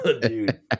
Dude